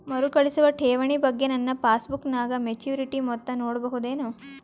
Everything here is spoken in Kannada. ಮರುಕಳಿಸುವ ಠೇವಣಿ ಬಗ್ಗೆ ನನ್ನ ಪಾಸ್ಬುಕ್ ನಾಗ ಮೆಚ್ಯೂರಿಟಿ ಮೊತ್ತ ನೋಡಬಹುದೆನು?